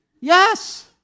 Yes